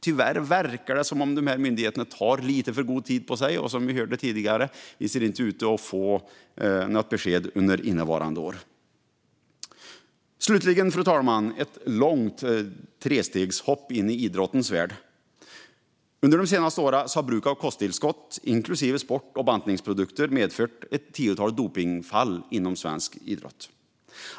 Tyvärr verkar det som att myndigheterna tar lite för god tid på sig. Som vi hörde tidigare ser det inte ut som att vi får besked under innevarande år. Slutligen, fru talman, gör jag ett långt trestegshopp in i idrottens värld. Under de senaste åren har bruket av kosttillskott, inklusive sport och bantningsprodukter, medfört ett tiotal dopningsfall inom svensk idrott.